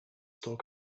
talk